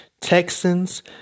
Texans